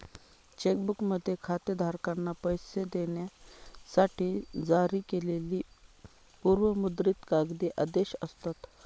check बुकमध्ये खातेधारकांना पैसे देण्यासाठी जारी केलेली पूर्व मुद्रित कागदी आदेश असतात